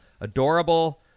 adorable